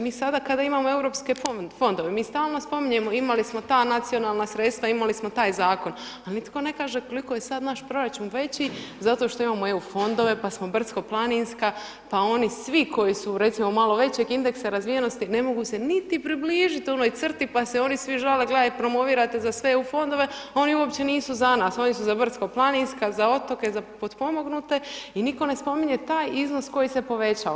Mi sada kada imamo europske fondove, mi stalno spominjemo, imali smo ta nacionalna sredstva, imali smo taj zakon ali nitko ne kaže koliko je sad naš proračun veći zato što imamo EU fondove pa smo brdsko-planinska, pa oni svi koji su recimo malo većeg indeksa razvijenosti, ne mogu se niti približiti onoj crti pa se oni svi žale gledaj, promovirate za sve EU fondove a oni uopće nisu za nas, oni su za brdsko-planinska, za otoke, za potpomognute i nitko ne spominje taj iznos koji se povećava.